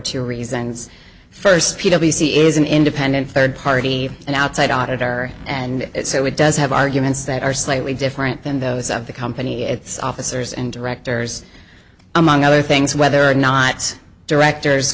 two reasons first p t c is an independent third party an outside auditor and so it does have arguments that are slightly different than those of the company its officers and directors among other things whether or not directors